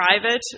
private